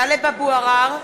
בעד טלב אבו עראר,